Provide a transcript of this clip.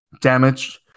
damaged